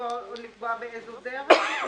לקבוע גם באיזו דרך?